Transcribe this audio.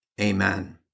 Amen